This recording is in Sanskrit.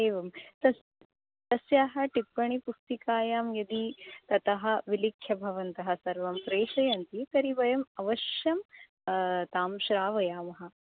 एवं तस् तस्याः टिप्पणीपुस्तिकायां यदि ततः विलिख्य भवन्तः सर्वं प्रेषयन्ति तर्हि वयम् अवश्यं तां श्रावयामः